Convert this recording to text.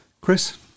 Chris